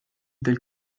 del